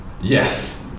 Yes